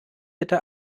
bitte